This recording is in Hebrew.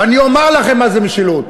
ואני אומַר לכם מה זו משילות,